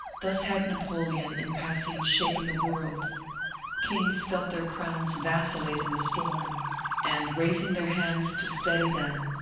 thus had napoleon, in passing, shaken the world kings felt their crowns vacillate in the storm and, raising their hands to steady them,